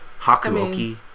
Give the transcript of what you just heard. Hakuoki